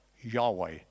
Yahweh